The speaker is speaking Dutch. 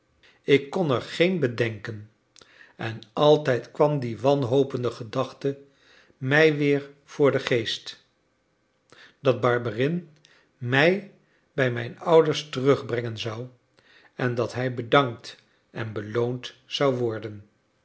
ik kon er geen bedenken en altijd kwam die wanhopende gedachte mij weer voor den geest dat barberin mij bij mijn ouders terugbrengen zou en dat hij bedankt en beloond zou worden